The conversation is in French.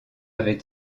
avait